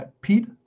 Pete